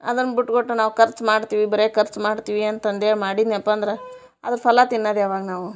ಅದನ್ನು ಬಿಟ್ಬಿಟ್ಟು ನಾವು ಖರ್ಚು ಮಾಡ್ತೀವಿ ಬರೆ ಖರ್ಚು ಮಾಡ್ತೀವಿ ಅಂತಂದೇಳಿ ಮಾಡಿದ್ನೆಪ್ಪ ಅಂದ್ರೆ ಅದ್ರ ಫಲ ತಿನ್ನೋದ್ ಯಾವಾಗ ನಾವು